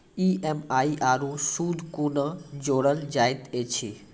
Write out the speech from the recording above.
EMI आरू सूद कूना जोड़लऽ जायत ऐछि?